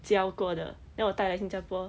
教过的 then 我带来新加坡